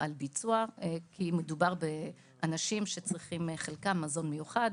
על ביצוע כי מדובר באנשים שחלקם צריכים מזון מיוחד